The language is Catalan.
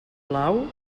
blau